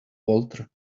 walter